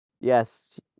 Yes